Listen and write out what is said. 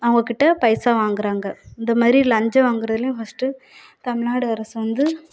அவங்கக்கிட்ட பைசா வாங்குகிறாங்க இந்த மாதிரி லஞ்சம் வாங்குகிறதுலையும் ஃபஸ்ட்டு தமிழ்நாடு அரசு வந்து